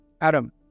Adam